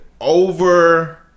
over